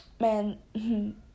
man